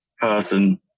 person